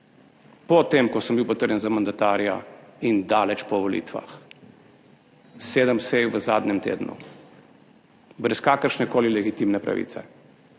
po tem, ko sem bil potrjen za mandatarja, in daleč po volitvah. 7 sej v zadnjem tednu brez kakršnekoli legitimne pravice.